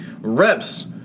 reps